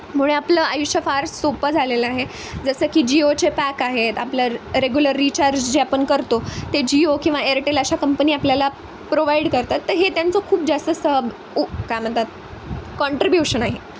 मुळे आपलं आयुष्य फार सोप्पं झालेलं आहे जसं की जिओचे पॅक आहेत आपलं र रेगुलर रिचार्ज जे आपण करतो ते जिओ किंवा एअरटेल अशा कंपनी आपल्याला प्रोवाइड करतात तर हे त्यांचं खूप जास्त सह उ काय म्हणतात कॉन्ट्रिब्युशन आहे